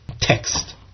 text